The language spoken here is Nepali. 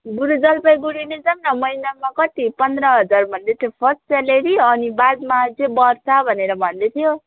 बरु जलपाइगुडी नै जाऔँ न महिनामा कति पन्ध्र हजार भन्दैथियो फर्स्ट स्यालेरी अनि बादमा चाहिँ बढ्छ भनेर भन्दैथ्यो